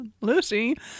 Lucy